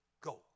go